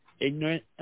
Ignorant